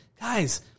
guys